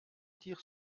tire